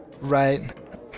Right